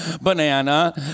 Banana